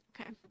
Okay